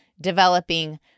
developing